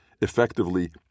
effectively